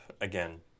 again